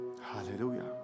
Hallelujah